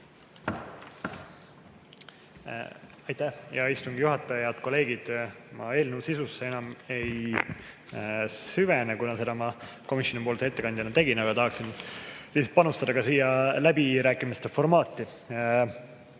Aitäh, hea istungi juhataja! Head kolleegid! Ma eelnõu sisusse enam ei süvene, kuna seda ma komisjoni ettekandjana juba tegin. Aga tahaksin lihtsalt panustada ka siia läbirääkimiste formaati.